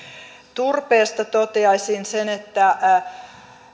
turpeesta toteaisin sen että